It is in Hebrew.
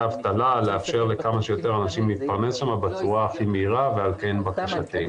האבטלה ולאפשר לכמה שיותר אנשים להתפרנס בצורה הכי מהיר ולכן בקשתנו.